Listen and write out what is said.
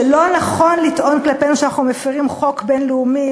שלא נכון לטעון כלפינו שאנחנו מפרים חוק בין-לאומי